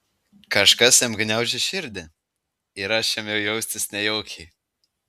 kažkas jam gniaužė širdį ir aš ėmiau jaustis nejaukiai